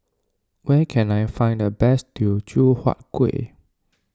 where can I find the best Teochew Huat Kuih